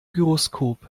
gyroskop